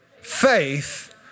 faith